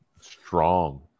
Strong